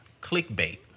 clickbait